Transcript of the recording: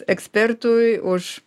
ekspertui už